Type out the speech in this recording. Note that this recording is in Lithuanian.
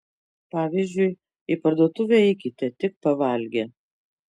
pavyzdžiui į parduotuvę eikite tik pavalgę